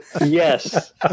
Yes